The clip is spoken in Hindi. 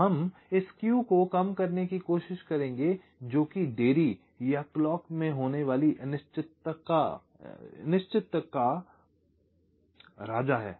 तो हम इस स्केव को कम करने की कोशिश करेंगे जोकि देरी या क्लॉक में होने वाली अनिश्चितता का राजा है